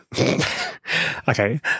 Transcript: okay